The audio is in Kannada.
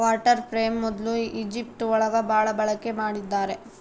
ವಾಟರ್ ಫ್ರೇಮ್ ಮೊದ್ಲು ಈಜಿಪ್ಟ್ ಒಳಗ ಭಾಳ ಬಳಕೆ ಮಾಡಿದ್ದಾರೆ